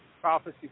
prophecy